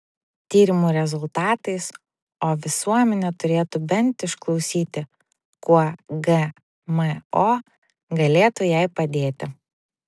tyrimų rezultatais o visuomenė turėtų bent išklausyti kuo gmo galėtų jai padėti